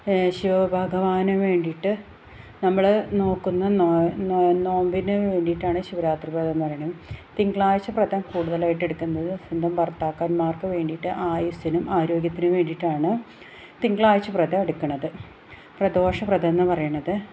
ശിവഭഗവാന് വേണ്ടിയിട്ട് നമ്മള് നോക്കുന്ന നോമ്പിനു വേണ്ടിയിട്ടാണ് ശിവരാത്രി വ്രതം എന്ന് പറയുന്നത് തിങ്കളാഴ്ച്ച വ്രതം കൂടുതലായിട്ടെടുക്കുന്നത് സ്വന്തം ഭര്ത്താക്കന്മാര്ക്ക് വേണ്ടിയിട്ട് ആയുസിനും ആരോഗ്യത്തിനും വേണ്ടീട്ടാണ് തിങ്കളാഴ്ച്ച വ്രതം എടുക്കണത് പ്രദോഷ വ്രതം എന്ന് പറയുന്നത്